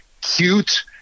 cute